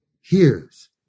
hears